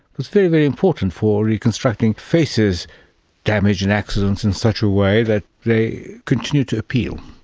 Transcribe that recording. it's very, very important for reconstructing faces damaged in accidents in such a way that they continue to appeal.